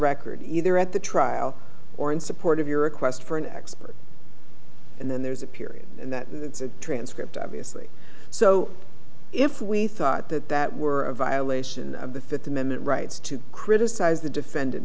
record either at the trial or in support of your request for an expert and then there is a period and that the transcript obviously so if we thought that that were a violation of the fifth amendment rights to criticize the defendant